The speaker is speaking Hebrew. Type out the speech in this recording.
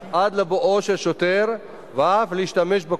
מתכבד להביא בפני הכנסת לקריאה שנייה ולקריאה שלישית את הצעת חוק